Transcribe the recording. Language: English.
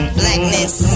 blackness